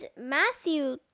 Matthew